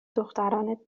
دختران